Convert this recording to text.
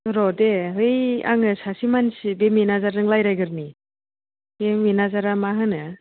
र' दे बै आङो सासे मानसि बे मेनाजारजों रायज्लायगोरनि बे मेनाजारा मा होनो